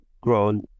grown